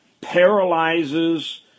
paralyzes